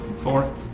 Four